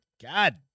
God